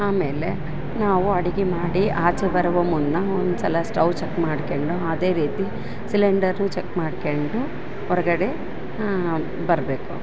ಆಮೇಲೆ ನಾವು ಅಡಿಗೆ ಮಾಡಿ ಆಚೆ ಬರುವ ಮುನ್ನ ಒಂದ್ಸಲ ಸ್ಟೌವ್ ಚೆಕ್ ಮಾಡ್ಕೆಂಡು ಅದೇ ರೀತಿ ಸಿಲಿಂಡರ್ನು ಚೆಕ್ ಮಾಡ್ಕೆಂಡು ಹೊರಗಡೆ ಬರಬೇಕು